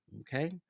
Okay